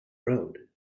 road